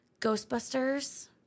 Ghostbusters